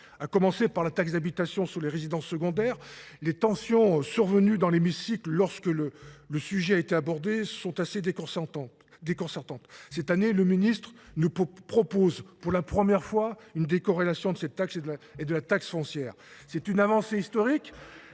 À commencer par la taxe d'habitation sur les résidences secondaires, les tensions survenues dans l'hémicycle lorsque le sujet a été abordé sont assez déconcertantes. Cette année, le ministre nous propose pour la première fois une décorrélation de cette taxe et de la taxe foncière. C'est une avancée historique.